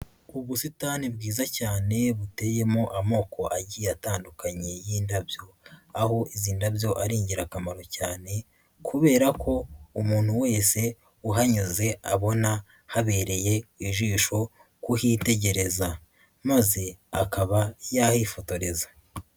Ubusitani bwiza cyane buteyemo amoko agiye atandukanye yindabyo, aho iyi ndabyo ari ingirakamaro cyane kubera ko umuntu wese uhanyuze abona habereye ijisho kuhitegereza, maze akaba yahifotoreza.